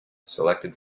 selected